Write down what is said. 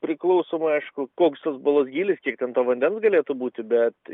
priklausomai aišku koks tos balos gylis kiek ten to vandens galėtų būti beet